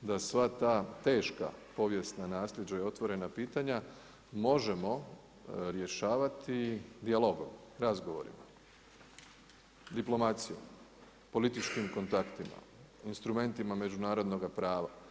da sva ta teška povijesna nasljeđa i otvorena pitanja, možemo rješavati dijalogom, razgovorima, diplomacijom, političkim kontaktima, instrumentima međunarodnoga prava.